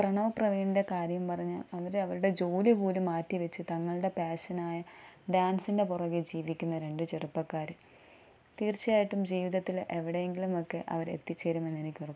പ്രണവ് പ്രവീണിൻ്റെ കാര്യം പറഞ്ഞ് അവര് അവരുടെ ജോലി പോലും മാറ്റിവച്ച് തങ്ങളുടെ പാഷനായ ഡാൻസിൻ്റെ പുറകെ ജീവിക്കുന്ന രണ്ടു ചെറുപ്പക്കാർ തീർച്ചയായിട്ടും ജീവിതത്തിൽ എവിടെയെങ്കിലും ഒക്കെ അവർ അവർ എത്തിച്ചേരുമെന്ന് എനിക്ക് ഉറപ്പുണ്ട്